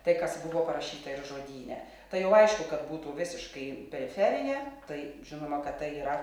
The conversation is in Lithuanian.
tai kas buvo parašyta ir žodyne tai jau aišku kad būtų visiškai periferinė tai žinoma kad tai yra